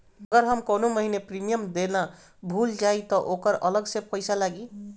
अगर हम कौने महीने प्रीमियम देना भूल जाई त ओकर अलग से पईसा लागी?